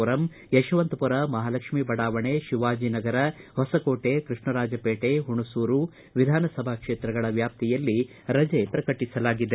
ಪುರಂ ಯಶವಂತಪುರ ಮಹಾಲಕ್ಷ್ಮೀ ಬಡಾವಣೆ ಶಿವಾಜನಗರ ಹೊಸಕೋಟೆ ಕೃಷ್ಣರಾಜಪೇಟೆ ಹುಣಸೂರು ವಿಧಾನಸಭಾ ಕ್ಷೇತ್ರಗಳ ವ್ಯಾಪ್ತಿಯಲ್ಲಿ ರಜೆ ಪ್ರಕಟಿಸಲಾಗಿದೆ